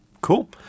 cool